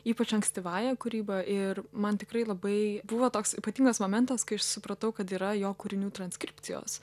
ypač ankstyvąja kūryba ir man tikrai labai buvo toks ypatingas momentas kai aš supratau kad yra jo kūrinių transkripcijos